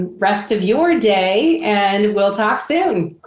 rest of your day, and we'll talk soon.